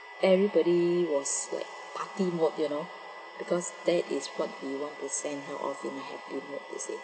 everybody was like party mode you know because that is what we want to send her off in a happy mood you see